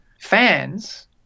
fans